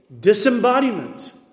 disembodiment